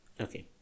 Okay